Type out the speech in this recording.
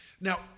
Now